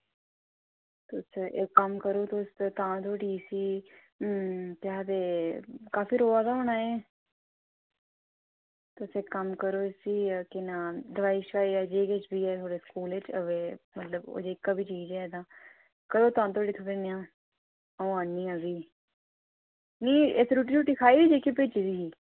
तुस इक कम्म करो तुस तां धोड़ी इसी केह् आखदे काफी रोआ दा होना एह् तुस इक करो इसी तां केह् नांऽ दोआई शुआई जे किश बी ऐ थुआढ़े स्कूलै च ते मतलब ओह् जेह्का बी चीज ऐ तां करो तां धोड़ी ते फ्ही अ'ऊं औन्नी आं फ्ही निं इस रुट्टी शुट्टी खाई जेह्की भेजी दी ही